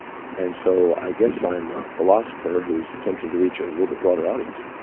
and so i guess i'm a philosopher who's attempting to reach a little bit broader audience.